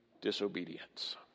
disobedience